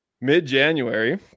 mid-January